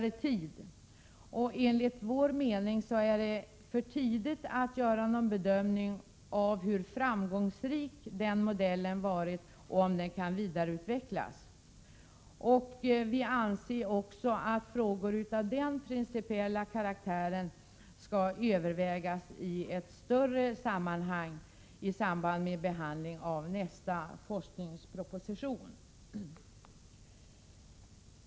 Enligt vår mening är det för tidigt att göra någon bedömning av hur framgångsrik den modellen har varit och om den kan vidareutvecklas. Vi anser också att frågor av den principiella karaktären skall övervägas i ett större sammanhang i samband med behandlingen av nästa forskningsproposition.